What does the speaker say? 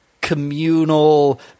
communal